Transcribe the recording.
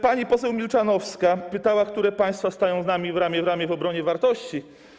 Pani poseł Milczanowska pytała, które państwa stają z nami ramię w ramię w obronie wartości.